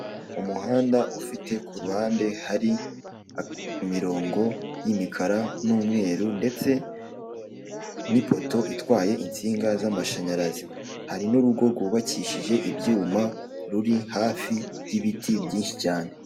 Umuhanda ufite ku ruhanda hari imirongo y'imikara n'umweru ndetse n'ipoto itwaye insinga z'amashanyarazi, hari n'urugo rwubakishije ibyuma ruri hafi y'ibiti byinshi cyane.